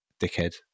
dickhead